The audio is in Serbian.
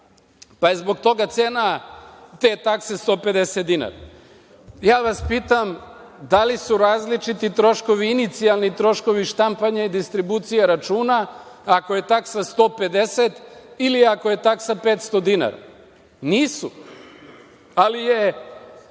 pa je zbog toga cena te takse 150 dinara. Pitam vas – da li su različiti troškovi, inicijalni troškovi, štampanja i distribucije računa ako je taksa 150 ili ako je taksa 500 dinara? Nisu, ali je